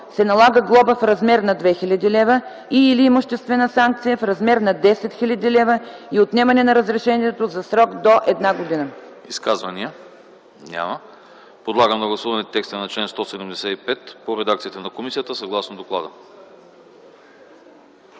се налага глоба в размер на 2000 лв. и/или имуществена санкция в размер на 10 000 лв. и отнемане на разрешението за срок до една година”. ПРЕДСЕДАТЕЛ АНАСТАС АНАСТАСОВ: Изказвания няма. Подлагам на гласуване текста на чл. 175 по редакцията на комисията, съгласно доклада.